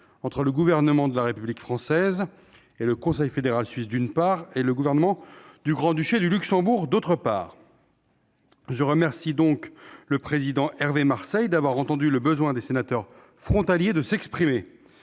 entre le Gouvernement de la République française, d'une part, et le Conseil fédéral suisse et le Gouvernement du Grand-Duché de Luxembourg, d'autre part. C'est vrai ! Je remercie le président Hervé Marseille d'avoir entendu le besoin des sénateurs frontaliers de s'exprimer.